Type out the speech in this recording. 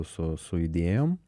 su su idėjom